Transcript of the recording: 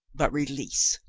but release,